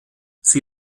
sie